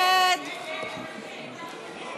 סעיף תקציבי 47,